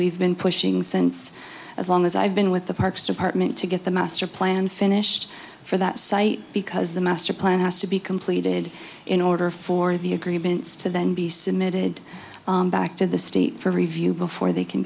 we've been pushing sense as long as i've been with the parks department to get the master plan finished for that site because the master plan has to be completed in order for the agreements to then be submitted back to the state for review before they can